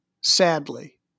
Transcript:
sadly